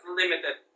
limited